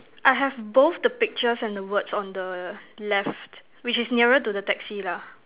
I have both the pictures and the words on the left which is nearer to the taxi lah